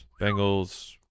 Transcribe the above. Bengals